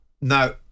Now